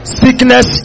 sickness